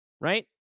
right